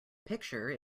picture